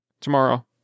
tomorrow